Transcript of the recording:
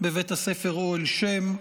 בבית הספר אהל שם,